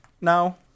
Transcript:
now